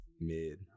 Mid